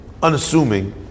unassuming